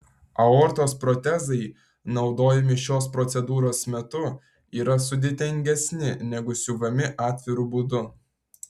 aortos protezai naudojami šios procedūros metu yra sudėtingesni negu siuvami atviru būdu